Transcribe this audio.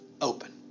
open